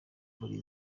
muri